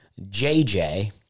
JJ